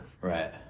Right